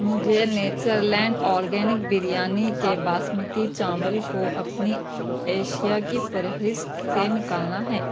مجھے nature land organic biryani کے باسمتی چاول کو اپنی اشیا کی فہرست سے نکالنا ہے